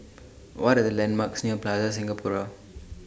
What Are The landmarks near Plaza Singapura